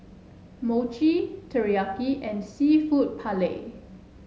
Mochi Teriyaki and seafood Paella